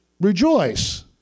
Rejoice